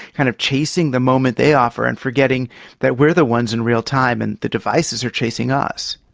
kind of chasing the moment they offer and forgetting that we are the ones in real time and the devices are chasing us.